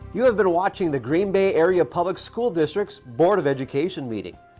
you have been watching the green bay area public school district's board of education meeting.